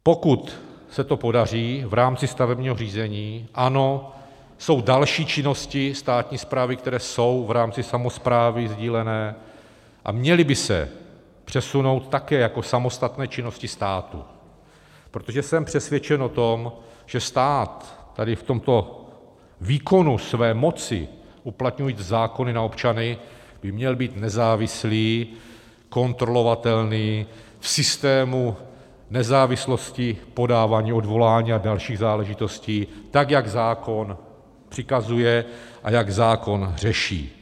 Pokud se to podaří v rámci stavebního řízení, ano, jsou další činnosti státní správy, které jsou v rámci samosprávy sdílené a měly by se přesunout také jako samostatné činnosti státu, protože jsem přesvědčen o tom, že stát v tomto výkonu své moci, uplatňujíc zákony na občany, by měl být nezávislý, kontrolovatelný, v systému nezávislosti podávání odvolání a dalších záležitostí tak, jak zákon přikazuje a jak zákon řeší.